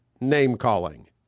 name-calling